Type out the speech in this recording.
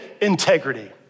integrity